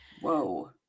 Whoa